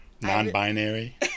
Non-binary